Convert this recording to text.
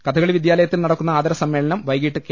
കഥകളി വിദ്യാലയത്തിൽ നട ക്കുന്ന ആദരസമ്മേളനം വൈകീട്ട് കെ